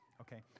Okay